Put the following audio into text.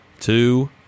two